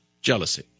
jealousy